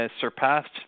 surpassed